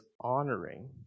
honoring